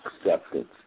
acceptance